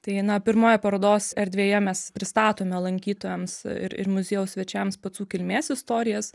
tai na pirmoje parodos erdvėje mes pristatome lankytojams ir ir muziejaus svečiams pacų kilmės istorijas